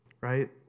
right